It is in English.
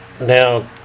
Now